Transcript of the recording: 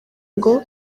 ngo